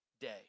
day